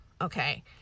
Okay